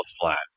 flat